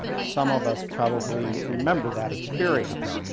some of us probably remember that experience.